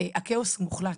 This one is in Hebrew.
הכאוס מוחלט,